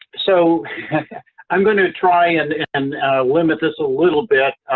so i'm going to try and and limit this a little bit